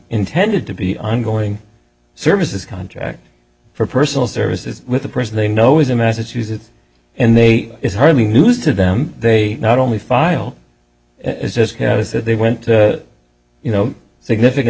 intended to be ongoing services contract for personal services with the person they know is in massachusetts and they is hardly news to them they not only file they went you know significant